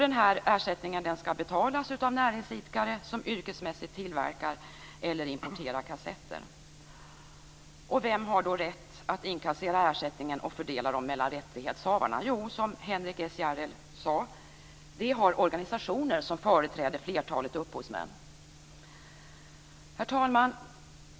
Ersättningen skall betalas av näringsidkare som yrkesmässigt tillverkar eller importerar kassetter. Vem har då rätt att inkassera ersättningarna och fördela dem mellan rättighetshavarna? Jo, som Henrik S Järrel sade, det har organisationer som företräder flertalet upphovsmän. Herr talman!